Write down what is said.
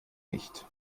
nicht